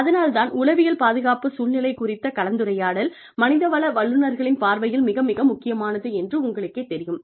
அதனால் தான் உளவியல் பாதுகாப்பு சூழ்நிலை குறித்த கலந்துரையாடல் மனிதவள வல்லுநர்களின் பார்வையில் மிக மிக முக்கியமானது என்று உங்களுக்கேத் தெரியும்